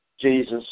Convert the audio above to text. Jesus